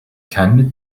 kendi